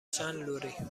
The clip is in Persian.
چندلری